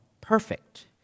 perfect